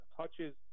touches